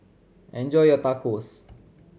enjoy your Tacos